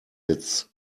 its